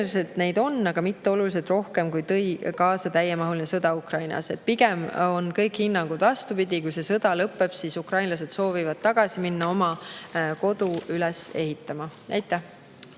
neid on, aga mitte oluliselt rohkem, kui tõi kaasa täiemahulise sõja algus Ukrainas. Pigem on kõik hinnangud vastupidised: kui see sõda lõpeb, siis ukrainlased soovivad tagasi minna oma kodu üles ehitama. Aitäh!